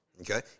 Okay